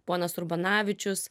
ponas urbanavičius